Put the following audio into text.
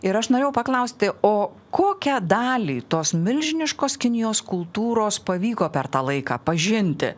ir aš norėjau paklausti o kokią dalį tos milžiniškos kinijos kultūros pavyko per tą laiką pažinti